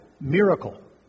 miracle